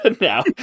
now